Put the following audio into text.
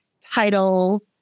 title